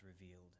revealed